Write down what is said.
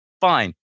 fine